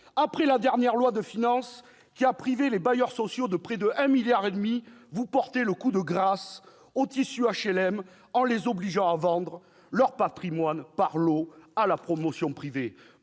Après la dernière loi de finances, qui a privé les bailleurs sociaux de près de 1,5 milliard d'euros, vous portez le coup de grâce au tissu d'HLM en les obligeant à vendre leur patrimoine, par lots, à la promotion privée.